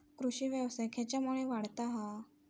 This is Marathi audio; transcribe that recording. कृषीव्यवसाय खेच्यामुळे वाढता हा?